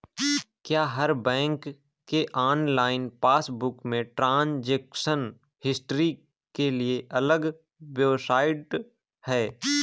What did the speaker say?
क्या हर बैंक के ऑनलाइन पासबुक में ट्रांजेक्शन हिस्ट्री के लिए अलग वेबसाइट है?